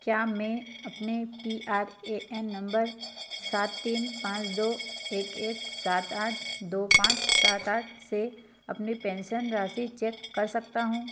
क्या मैं अपने P R A N number सात तीन पाँच दो एक एक साथ आठ दो पाँच सात आठ से अपने पेंसन राशि चेक कर सकता हूँ